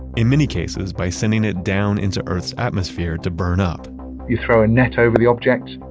in many cases, by sending it down into earth's atmosphere to burn up you throw a net over the objects,